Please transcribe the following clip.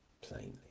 plainly